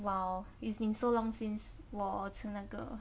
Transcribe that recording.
!wow! it's been so long since 我吃那个